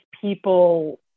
people